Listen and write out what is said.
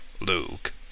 luke